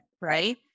Right